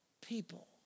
people